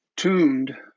Tuned